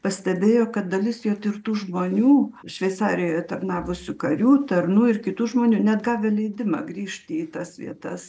pastebėjo kad dalis jo tirtų žmonių šveicarijoje tarnavusių karių tarnų ir kitų žmonių net gavę leidimą grįžti į tas vietas